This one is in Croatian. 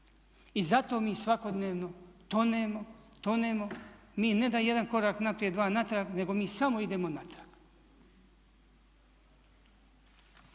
I zato mi svakodnevno tonemo, tonemo, mi ne da jedan korak naprijed, dva natrag nego mi samo idemo natrag.